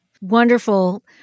wonderful